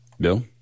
Bill